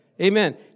Amen